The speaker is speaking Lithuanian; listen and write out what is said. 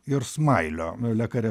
ir smailio lekarė